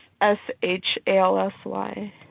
S-H-A-L-S-Y